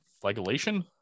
flagellation